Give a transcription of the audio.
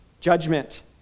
judgment